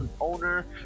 owner